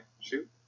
shoot